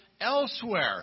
elsewhere